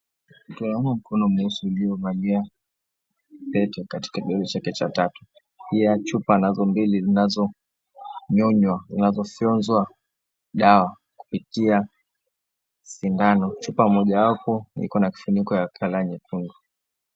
Tunaona mkono mweusi uliovalia pete katika kidole chake cha tatu. Pia chupa anazo mbili zinazonyonywa, zinafyoonzwa dawa kupitia sindano. Chupa moja wapo iko na kifuniko ya colour nyekundu.